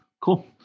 Cool